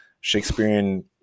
Shakespearean